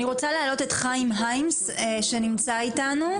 אני רוצה להעלות את חיים היימס שנמצא איתנו.